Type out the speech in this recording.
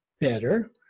better